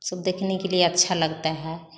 सब देखने के लिए अच्छा लगता है